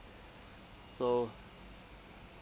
so